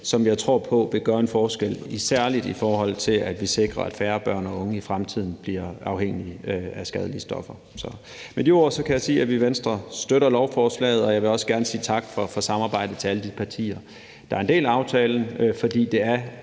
som jeg tror på vil gøre en forskel, særlig i forhold til at vi sikrer, at færre børn og unge i fremtiden bliver afhængige af skadelige stoffer. Så med de ord kan jeg sige, at vi i Venstre støtter lovforslaget, og jeg vil også gerne sige tak for samarbejdet til alle de partier, der er en del af aftalen, for det er